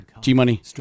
G-Money